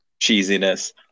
cheesiness